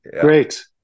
great